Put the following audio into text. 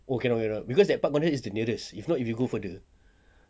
oh cannot cannot cause that park connector is the nearest if not you will go further